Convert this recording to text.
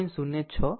06 Z 0